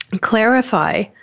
clarify